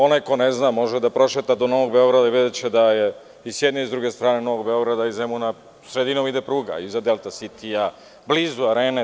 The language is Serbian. Onaj ko ne zna može da prošeta do Novog Beograda i videće da i sa jedne i sa druge strane Novog Beograd i Zemuna sredinom pruga iza Delta sitija, blizu Arene.